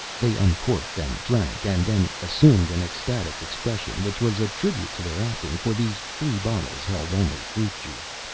they uncorked and drank and then assumed an ecstatic expression which was a tribute to their acting, for these three bottles held only fruit juice.